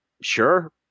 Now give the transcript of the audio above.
sure